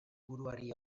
buruari